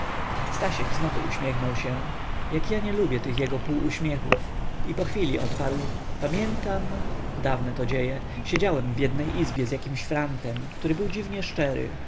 stasiek znowu uśmiechnął się jak ja nie lubię tych jego pół-uśmiechów i po chwili odparł pamiętam dawne to dzieje siedziałem w jednej izbie z jakimś frantem który był dziwnie szczery